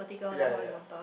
ya ya ya